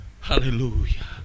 Hallelujah